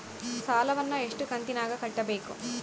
ಸಾಲವನ್ನ ಎಷ್ಟು ಕಂತಿನಾಗ ಕಟ್ಟಬೇಕು?